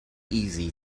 easy